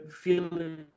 feeling